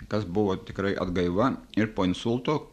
kas buvo tikrai atgaiva ir po insulto